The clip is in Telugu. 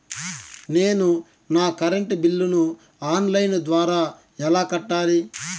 నేను నా కరెంటు బిల్లును ఆన్ లైను ద్వారా ఎలా కట్టాలి?